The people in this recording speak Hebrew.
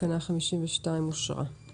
תקנה 52 אושרה פה-אחד, תקנה 52 אושרה.